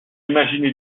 imaginé